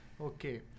Okay